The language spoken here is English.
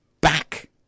back